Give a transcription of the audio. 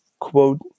quote